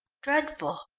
dreadful!